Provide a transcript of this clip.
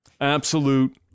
Absolute